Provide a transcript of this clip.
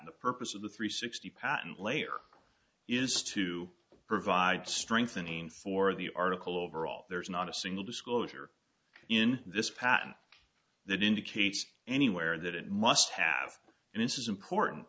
the purpose of the three sixty patent layer is to provide strengthening for the article overall there's not a single disclosure in this patent that indicates anywhere that it must have and it's important